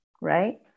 right